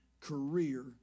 career